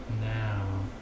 now